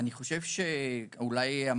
תודה רבה.